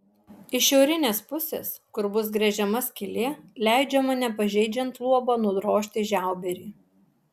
iš šiaurinės pusės kur bus gręžiama skylė leidžiama nepažeidžiant luobo nudrožti žiauberį